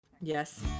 Yes